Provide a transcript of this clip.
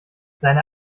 seine